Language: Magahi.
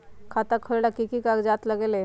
खाता खोलेला कि कि कागज़ात लगेला?